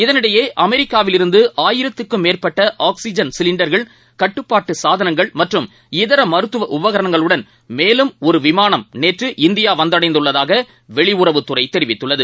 இதனிடையே அமெிக்காவில் இருந்து ஆயிரத்துக்கும் மேற்பட்ட ஆக்ஸிஜன் சிலிண்டர்கள் கட்டுப்பாட்டு சாதனங்கள் மற்றும் இதர மருத்துவ உபகரணங்களுடன் மேலும் ஒரு விமானம் நேற்று இந்தியா வந்தடைந்துள்ளதாக வெளியுறவுத்துறை தெரிவித்துள்ளது